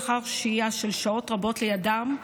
לאחר שהייה של שעות רבות לידם,